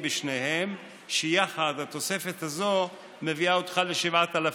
בשניהם, ויחד התוספת הזאת מביאה אותך ל-7,000.